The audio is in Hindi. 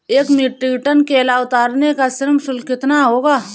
एक मीट्रिक टन केला उतारने का श्रम शुल्क कितना होगा?